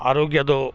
ಆರೋಗ್ಯದ್ದು